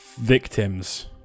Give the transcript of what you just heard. victims